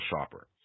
shopper